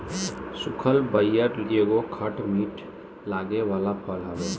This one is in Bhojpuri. सुखल बइर एगो खट मीठ लागे वाला फल हवे